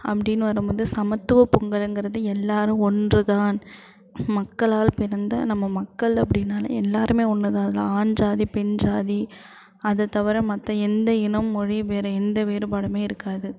அப்படின்னு வரும்போது சமத்துவ பொங்கலுங்கிறது எல்லோரும் ஒன்றுதான் மக்களால் பிறந்த நம்ம மக்கள் அப்படினாலே எல்லோருமே ஒன்றுதான் இதில் ஆண் ஜாதி பெண் ஜாதி அதை தவிர மத்த எந்த இனம் மொழி வேறு எந்த வேறுபாடுமே இருக்காது